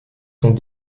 sont